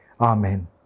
Amen